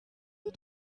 did